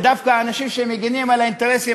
ודווקא האנשים שמגינים על האינטרסים